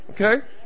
Okay